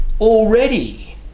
already